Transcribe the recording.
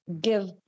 give